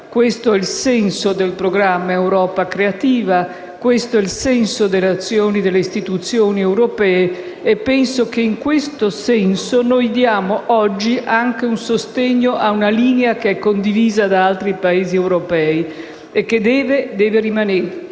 Questo è il senso del programma Europa Creativa, questo è il senso delle azioni delle istituzioni europee e penso che in questo senso noi diamo oggi anche un sostegno ad una linea che è condivisa anche da altri Paesi europei e che deve rimanere